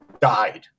died